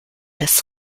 des